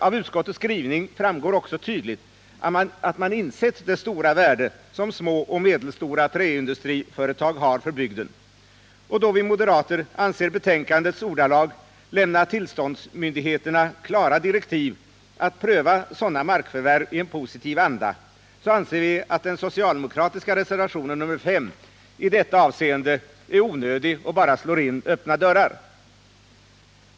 Av utskottets skrivning framgår också tydligt att man inser det stora värde som små och medelstora träindustriföretag har för bygden, och då vi moderater anser betänkandets ordalag lämna tillståndsmyndigheterna klara direktiv att pröva sådana markförvärv i positiv anda, anser vi att den socialdemokratiska reservationen, nr 5, i detta avseende är onödig och bara slår in öppna dörrar.